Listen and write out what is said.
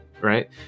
right